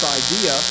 idea